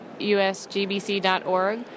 usgbc.org